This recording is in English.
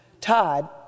Todd